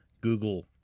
Google